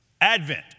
Advent